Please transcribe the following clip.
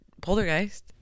Poltergeist